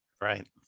right